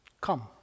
come